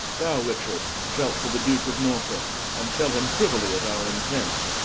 thou richard shalt to the duke of norfolke, and tell him priuily of our intent.